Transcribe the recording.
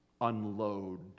unload